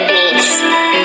Beats